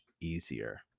easier